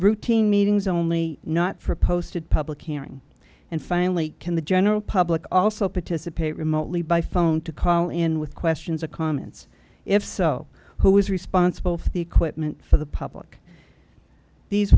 routine meetings only not for posted public hearing and finally can the general public also participate remotely by phone to call in with questions or comments if so who is responsible for the equipment for the public these